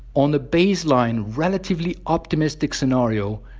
on the baseline, relatively optimistic scenario,